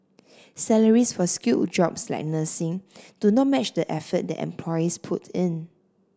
salaries for skilled jobs like nursing do not match the effort that employees put in